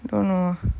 don't know